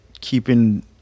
keeping